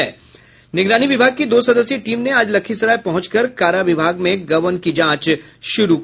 निगरानी विभाग की दो सदस्यीय टीम ने आज लखीसराय पहुंचकर कारा विभाग में गबन की जांच शुरू की